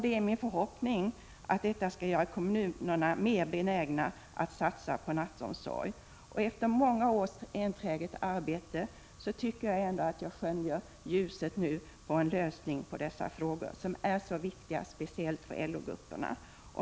Det är min förhoppning att detta skall göra kommunerna mer benägna att satsa på nattomsorg. Efter det enträgna arbete som bedrivits under många år tycker jag nu att man kan skönja en lösning på dessa frågor, som är så viktiga, speciellt för LO grupperna.